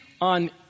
on